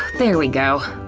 there we go.